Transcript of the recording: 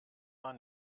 war